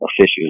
officials